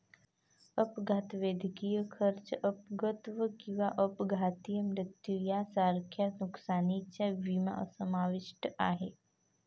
अपघात, वैद्यकीय खर्च, अपंगत्व किंवा अपघाती मृत्यू यांसारख्या नुकसानीचा विमा समाविष्ट आहे